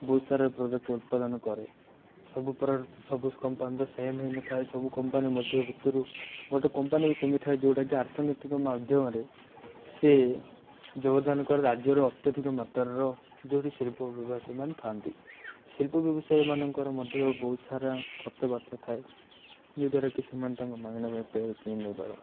ବହୁତ ସାରା ପ୍ରୋଜେକ୍ଟର ଉତ୍ପାଦାନ କରେ ସବୁ ପ୍ରାୟ ସବୁ କମ୍ପାନୀ ତ ସେମ୍ ହେଇନଥାଏ ସବୁ କମ୍ପାନୀ ମଧ୍ୟ ଭିତରୁ ଗୋଟେ କମ୍ପାନୀ ବି ସେମିତି ଥାଏ ଯେଉଁଟାକି ଅର୍ଥନୀତିକ ମାଧ୍ୟମରେ ସେ ଯୋଗଦାନ କରି ରାଜ୍ୟର ଅତ୍ୟଧିକ ମାତ୍ରାର ଯେଉଁଠି ଶିଳ୍ପ ବିଭାଗ ସେମାନେ ଥାଆନ୍ତି ଶିଳ୍ପ ବ୍ୟବସାୟୀମାନଙ୍କର ମଧ୍ୟ ବହୁତସାରା ଖର୍ଚ୍ଚବାର୍ଚ୍ଚ ଥାଏ ଯେଉଁଦ୍ୱାରାକି ସେମାନେ ତାଙ୍କ ମାଗଣା ପାଇଁ ପେଡ୍ କିଣିପାରନ୍ତି